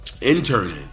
interning